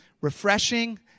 refreshing